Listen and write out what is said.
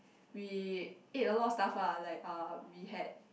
we ate a lot of stuff ah like uh we had